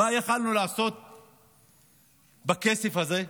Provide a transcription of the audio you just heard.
מה יכולנו לעשות בכסף הזה,